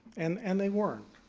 and and they weren't.